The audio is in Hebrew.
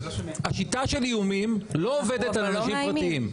השיטה של איומים לא עובדת על אנשים פרטיים.